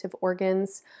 organs